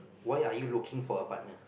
why are you looking for a partner